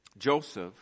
Joseph